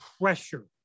pressure